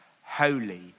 holy